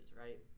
right